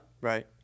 right